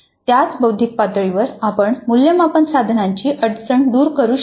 त्याच बौद्धिक पातळीवर आपण मूल्यमापन साधनांची अडचण दूर करू शकतो